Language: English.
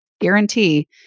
guarantee